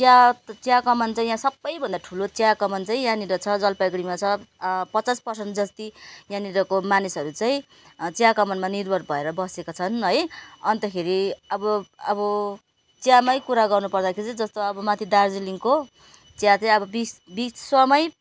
चिया चिया कमान चाहिँ यहाँ सबभन्दा ठुलो चिया कमान चाहिँ यहाँनेर छ जलपाइगुडीमा छ पचास पर्सेन्ट जस्तो यहाँनेरको मानिसहरू चाहिँ चिया कमानमा निर्भर भएर बसेका छन् है अन्तखेरि अब अब चियामा कुरा गर्नु पर्दाखेरि चाहिँ जस्तो अब माथि दार्जिलिङको चिया चाहिँ अब बिस् विश्वमा नै